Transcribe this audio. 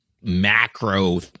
macro